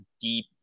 deep